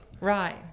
Right